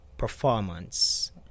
performance